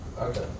Okay